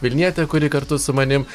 vilnietė kuri kartu su manim